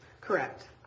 Correct